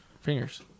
fingers